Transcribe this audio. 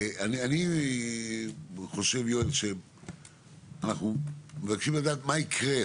יואל, אנחנו מבקשים לדעת מה יקרה.